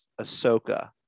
Ahsoka